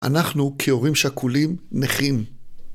אנחנו, כהורים שכולים, נכים,